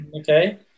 okay